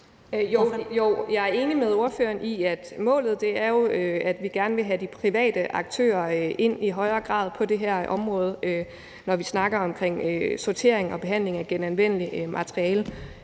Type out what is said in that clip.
Jo, jeg er enig med ordføreren i, at målet er, at vi i højere grad gerne vil have de private aktører ind på det her område, når vi snakker om sortering og behandling af genanvendeligt affald.